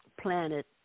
planet